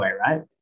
right